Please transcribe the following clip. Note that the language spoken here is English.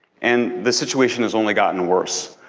and the situation has only gotten worse.